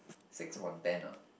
six upon ten lah